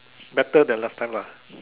better than last time lah